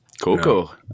Coco